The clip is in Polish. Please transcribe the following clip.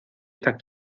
tak